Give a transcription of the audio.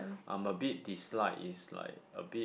I'm a bit dislike is like a bit